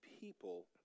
people